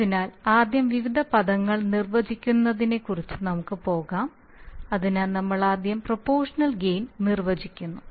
അതിനാൽ ആദ്യം വിവിധ പദങ്ങൾ നിർവചിക്കുന്നതിനെക്കുറിച്ച് നമുക്ക് പോകാം അതിനാൽ നമ്മൾ ആദ്യം പ്രൊപോഷണൽ ഗെയിൻ നിർവചിക്കുന്നു